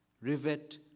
Rivet